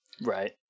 right